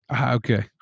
Okay